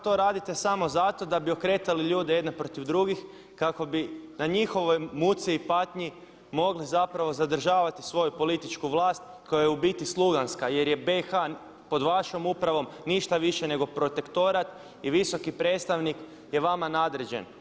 To radite samo zato da bi okretali ljude jedne protiv drugih kako bi na njihovoj muci i patnji mogli zapravo zadržavati svoju političku vlast koja je u biti sluganska jer je BiH pod vašom upravom ništa više nego protektorat i visoki predstavnik je vama nadređen.